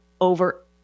over